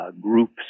groups